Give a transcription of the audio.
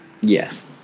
Yes